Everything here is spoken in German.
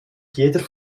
jeder